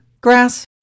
Grass